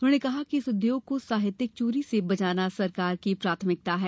उन्होंने कहा कि इस उद्योग को साहित्यिक चोरी से बचाना सरकार की प्राथमिकता है